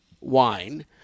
wine